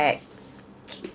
bag